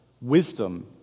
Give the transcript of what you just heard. Wisdom